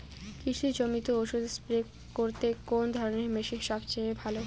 কৃষি জমিতে ওষুধ স্প্রে করতে কোন ধরণের মেশিন সবচেয়ে ভালো?